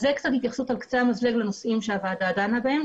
זאת התייחסות על קצה המזלג שהוועדה דנה בהם.